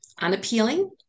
unappealing